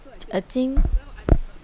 I think